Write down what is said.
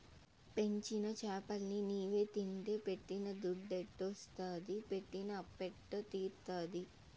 పెంచిన చేపలన్ని నీవే తింటే పెట్టిన దుద్దెట్టొస్తాది పెట్టిన అప్పెట్ట తీరతాది